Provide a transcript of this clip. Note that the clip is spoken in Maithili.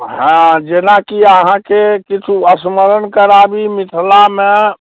हाँ जेनाकि अहाँकेँ किछु स्मरण कराबी मिथिलामे